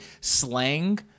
Slang